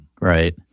Right